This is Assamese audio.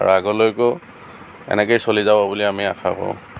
আৰু আগলৈকো এনেকৈ চলি যাব বুলি আমি আশা কৰোঁ